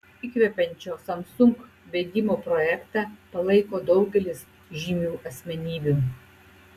įkvepiančio samsung bėgimo projektą palaiko daugelis žymių asmenybių